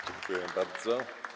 Dziękuję bardzo.